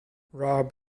rob